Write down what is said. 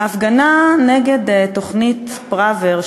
ההפגנה נגד תוכנית פראוור,